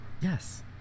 Yes